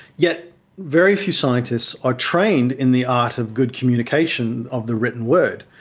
yet very few scientists are trained in the art of good communication of the written word.